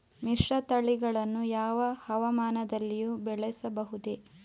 ಮಿಶ್ರತಳಿಗಳನ್ನು ಯಾವ ಹವಾಮಾನದಲ್ಲಿಯೂ ಬೆಳೆಸಬಹುದೇ?